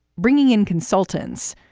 bringing in consultants.